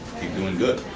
keep doing good.